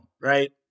right